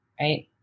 right